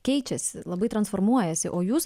keičiasi labai transformuojasi o jūs